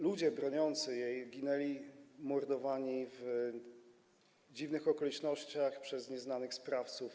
Ludzie broniący jej ginęli mordowani w dziwnych okolicznościach przez nieznanych sprawców.